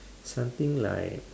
something like